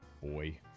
Boy